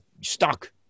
stuck